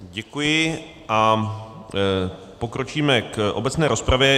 Děkuji a pokročíme k obecné rozpravě.